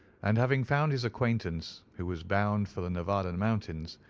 and having found his acquaintance, who was bound for the nevada and mountains,